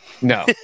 No